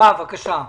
אדוני.